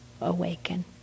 awaken